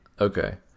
Okay